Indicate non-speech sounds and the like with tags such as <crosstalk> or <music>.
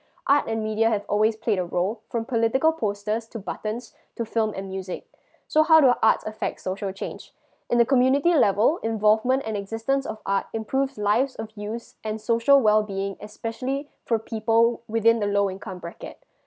art and media have always played a role from political posters to buttons <breath> to film and music <breath> so how do arts affect social change in the community level involvement and existence of art improves lives of youths and social well being especially for people within the low income bracket